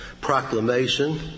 Proclamation